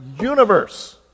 universe